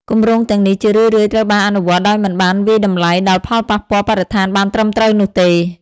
គម្រោងទាំងនេះជារឿយៗត្រូវបានអនុវត្តដោយមិនបានវាយតម្លៃដល់ផលប៉ះពាល់បរិស្ថានបានត្រឹមត្រូវនោះទេ។